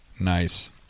Nice